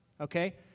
Okay